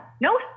no